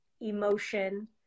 emotion